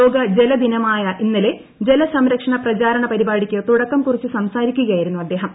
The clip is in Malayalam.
ലോക ജല ദിനമായ ഇന്നലെ ജല സംരക്ഷണ പ്രചാരണ പരിപാടിക്ക് തുടക്കം കുറിച്ച് സംസാരിക്കുകയായിരുന്നു അദ്ദേഹം